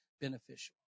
beneficial